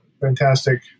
fantastic